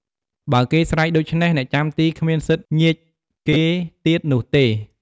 បើគេស្រែកដូច្នេះ អ្នកចាំទីគ្មានសិទ្ធញៀចគេទៀតនោះទេ។